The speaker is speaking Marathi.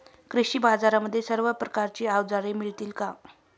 कृषी बाजारांमध्ये सर्व प्रकारची अवजारे मिळतील का?